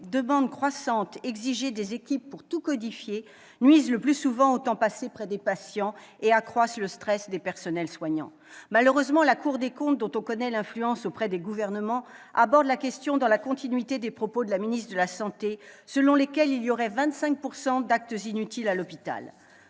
demandes croissantes exigées des équipes pour tout codifier nuisent le plus souvent au temps passé près des patients et accroissent le stress des personnels soignants ? Malheureusement, la Cour des comptes, dont on connaît l'influence auprès des gouvernements, aborde la question dans la continuité des propos de la ministre des solidarités et de la santé, selon laquelle 25 % des actes seraient inutiles à l'hôpital.